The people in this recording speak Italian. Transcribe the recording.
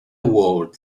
world